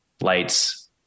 lights